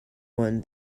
one